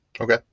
okay